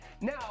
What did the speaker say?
Now